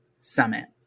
Summit